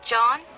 John